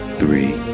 three